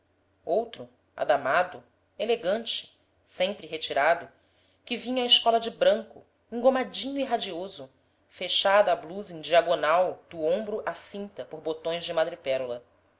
outro adamado elegante sempre retirado que vinha à escola de branco engomadinho e radioso fechada a blusa em diagonal do ombro à cinta por botões de madrepérola